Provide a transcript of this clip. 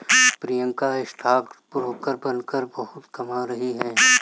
Priyanka stock broker बनकर बहुत कमा रही है